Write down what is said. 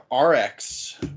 RX